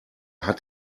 hat